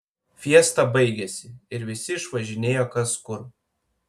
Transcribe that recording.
fiesta baigėsi ir visi išvažinėjo kas kur